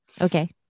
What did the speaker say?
Okay